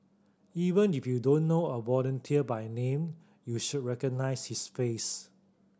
even if you don't know a volunteer by name you should recognise his face